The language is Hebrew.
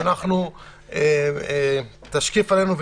תשקיף עלינו,